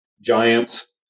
Giants